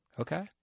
Okay